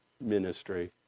ministry